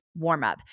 warmup